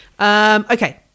Okay